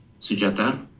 Sujata